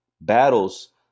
battles